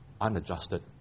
unadjusted